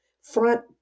front